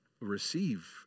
receive